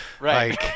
Right